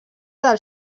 del